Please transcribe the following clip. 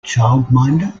childminder